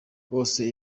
bose